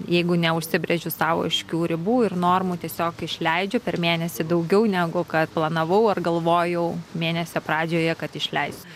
jeigu neužsibrėžiu sau aiškių ribų ir normų tiesiog išleidžiu per mėnesį daugiau negu kad planavau ar galvojau mėnesio pradžioje kad išleisiu